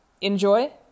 enjoy